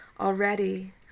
already